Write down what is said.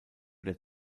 der